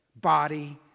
body